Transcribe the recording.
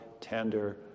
tender